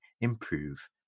improve